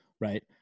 Right